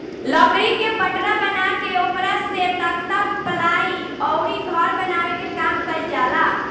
लकड़ी के पटरा बना के ओकरा से तख्ता, पालाइ अउरी घर बनावे के काम कईल जाला